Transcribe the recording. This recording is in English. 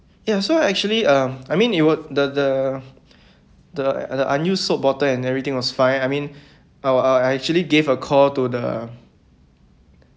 ya so actually um I mean it was the the the the unused soap bottle and everything was fine I mean our I I actually gave a call to the